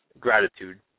gratitude